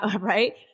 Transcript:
right